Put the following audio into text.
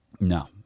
no